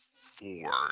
four